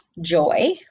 joy